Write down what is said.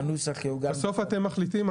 בסוף אתם מחליטים.